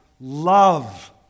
love